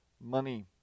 money